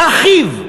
אחיו,